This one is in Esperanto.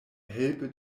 helpe